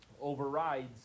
overrides